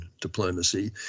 diplomacy